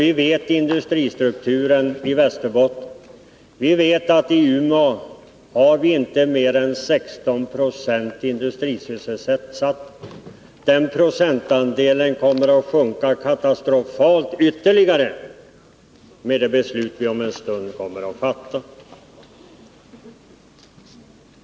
Vi känner till industristrukturen i Västerbotten och vet att inte mer än 16 Yo av de arbetande i Umeå är sysselsatta inom industrin. Den procentandelen kommer att sjunka ytterligare i katastrofal omfattning med det beslut som vi om en stund troligen kommer att fatta.